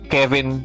Kevin